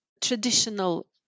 traditional